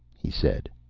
he said.